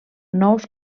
nous